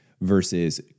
versus